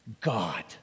God